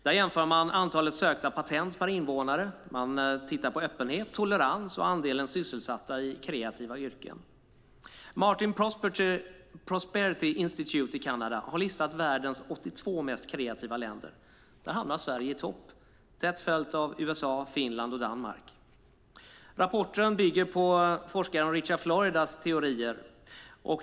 Där jämför man antalet sökta patent per invånare. Man tittar på öppenhet, tolerans och andelen sysselsatta i kreativa yrken. Martin Prosperity Institute i Kanada har listat världens 82 mest kreativa länder. Där hamnar Sverige i topp, tätt följt av USA, Finland och Danmark. Rapporten bygger på forskaren Richard Floridas teorier.